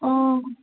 অঁ